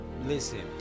listen